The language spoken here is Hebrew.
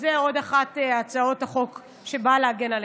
וזה עוד אחת מהצעות החוק שבאה להגן עליהם.